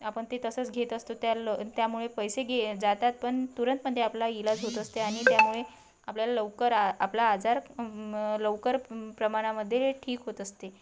आपण ते तसंच घेत असतो त्या ल त्यामुळे पैसे घे जातात पण तुरंतमध्ये आपला इलाज होत असते आणि त्यामुळे आपल्याला लवकर आ आपला आजार लवकर प्रमाणामध्ये ठीक होत असते